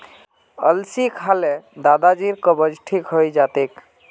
अलसी खा ल दादाजीर कब्ज ठीक हइ जा तेक